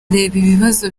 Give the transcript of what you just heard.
ibibazo